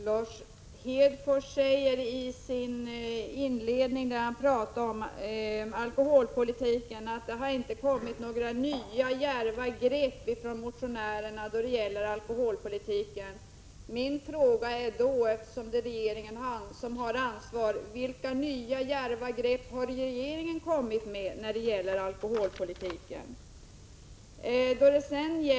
Herr talman! När Lars Hedfors inledningsvis talade om alkoholpolitiken sade han att motionärerna inte hade föreslagit något som innebar några nya, djärva grepp på det området. Min fråga är då, eftersom det är regeringen som har ansvaret: Vilka nya, djärva grepp har regeringen föreslagit när det gäller alkoholpolitiken?